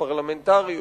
הפרלמנטריות,